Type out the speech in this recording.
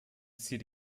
zier